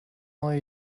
neue